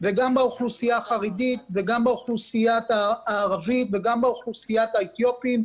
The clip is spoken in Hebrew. גם באוכלוסייה החרדית וגם באוכלוסייה הערבית וגם באוכלוסייה האתיופית,